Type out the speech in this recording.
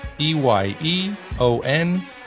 E-Y-E-O-N